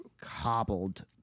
cobbled